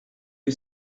que